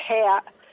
hat